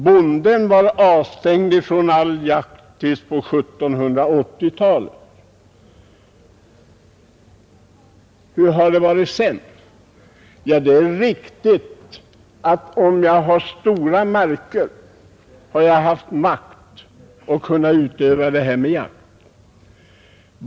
Bonden var avstängd från all jakt fram till 1780-talet. Men hur har det varit sedan? Det är riktigt att den som ägt stora marker alltid har haft makt att utöva jakt.